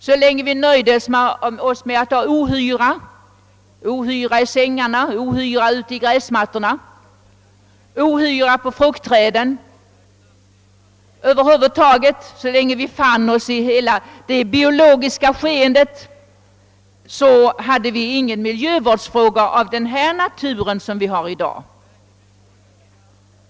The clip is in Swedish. Så länge vi nöjde oss med att ha ohyra i sängarna, ohyra ute på gräsmattorna, ohyra i fruktträden, över huvud taget så länge vi fann oss i hela det biologiska skeendet, hade vi ingen miljövårdsfråga av det slag vi har i dag.